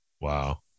wow